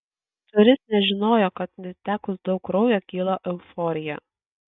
turis nežinojo kad netekus daug kraujo kyla euforija